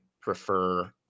prefer